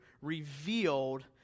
revealed